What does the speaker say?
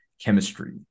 chemistry